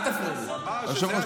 אל תפריעו לי.